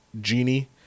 Genie